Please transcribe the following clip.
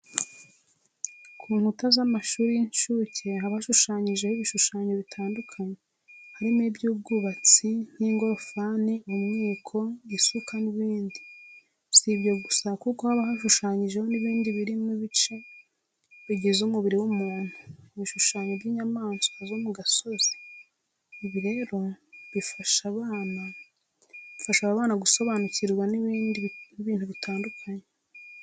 Ku nkuta z'amashuri y'incuke haba hashushanyijeho ibishushanyo bitandukanye harimo iby'ubwubatsi nk'ingorofani, umwiko, isuka n'ibindi. Si ibyo gusa kuko haba hashushanyijeho n'ibindi birimo ibice bigize umubiri w'umuntu, Ibishushanyo by'inyamaswa zo mu gasozi. Ibi rero bifasha aba bana gusobanukirwa n'ibintu bitandukanye.